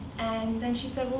and then she said, well,